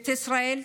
ביתא ישראל,